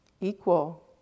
Equal